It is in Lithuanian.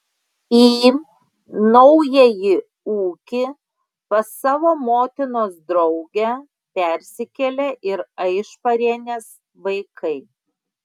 į naująjį ūkį pas savo motinos draugę persikėlė ir aišparienės vaikai